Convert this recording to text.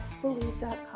believe.com